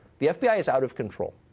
the fbi is out of control.